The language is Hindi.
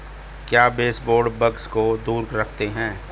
क्या बेसबोर्ड बग्स को दूर रखते हैं?